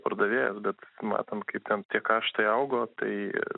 pardavėjas bet matom kaip ten tie kaštai augo tai